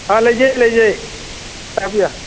ꯑꯥ ꯂꯩꯖꯩ ꯂꯩꯖꯩ ꯇꯥꯛꯄꯤꯌꯨ